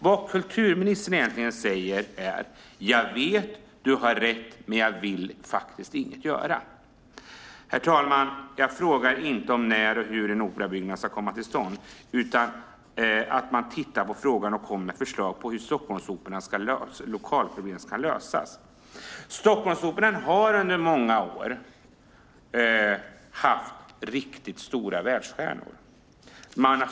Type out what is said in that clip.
Vad kulturministern egentligen säger är: Jag vet. Du har rätt, men jag vill faktiskt inget göra. Herr talman! Jag frågar inte när och hur en operabyggnad ska komma till stånd, utan att man ska titta på frågan och komma med förslag på hur Stockholmsoperans lokalproblem ska lösas. Stockholmsoperan har under många år haft riktigt stora världsstjärnor.